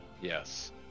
Yes